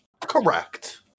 Correct